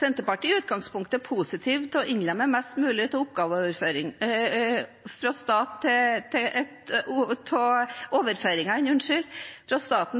Senterpartiet er i utgangspunktet positive til å innlemme mest mulig av overføringene fra stat